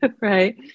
right